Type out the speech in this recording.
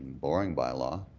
borrowing bylaw,